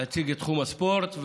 להציג את תחום הספורט.